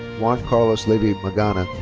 juan carlos levy-magana.